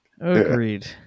Agreed